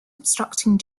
obstructing